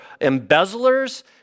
embezzlers